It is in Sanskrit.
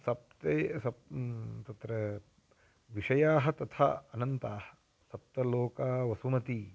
सप्त सप्त तत्र विषयाः तथा अनन्ताः सप्तलोका वसुमति